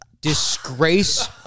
Disgrace